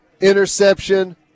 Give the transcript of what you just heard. interception